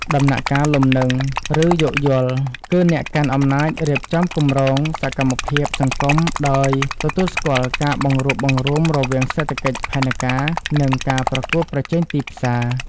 ដំណាក់កាល "លំនឹង" ឬ "យោគយល់" គឺ អ្នកកាន់អំណាចរៀបចំគម្រោងសកម្មភាពសង្គមដោយទទួលស្គាល់ការបង្រួបបង្រួមរវាងសេដ្ឋកិច្ចផែនការ និងការប្រកួតប្រជែងទីផ្សារ។